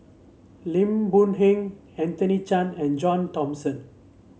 Lim Boon Heng Anthony Chen and John Thomson